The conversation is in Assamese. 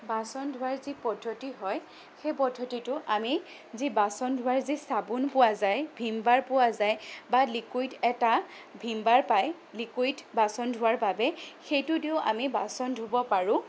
বাচন ধোৱাৰ যি পদ্ধতি হয় সেই পদ্ধতিটো আমি যি বাচন ধোৱাৰ যি চাবোন পোৱা যায় ভিমবাৰ পোৱা যায় বা লিকুইড এটা ভিমবাৰ পায় লিকুইড বাচন ধোৱাৰ বাবে সেইটো দিও আমি বাচন ধুব পাৰোঁ